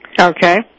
Okay